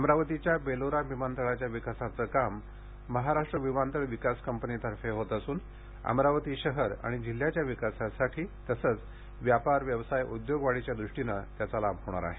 अमरावतीच्या बेलोरा विमानतळाच्या विकासाचे काम महाराष्ट्र विमानतळ विकास कंपनीतर्फे होत असून अमरावती शहर आणि जिल्ह्याच्या विकासासाठी आणि व्यापार व्यवसाय उद्योगवाढीच्या द्रष्टीने याचा लाभ होणार आहे